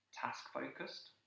task-focused